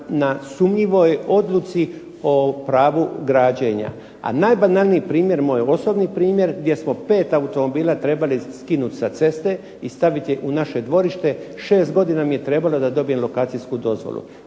na sumnjivoj odluci o pravu građenja. A najbanalniji primjer, moj osobni primjer gdje smo 5 automobila trebali skinuti sa ceste i staviti u naše dvorište, 6 godina mi je trebalo da dobijem lokacijsku dozvolu,